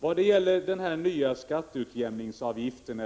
Vad gäller den nya ”skatteutjämningsavgiften”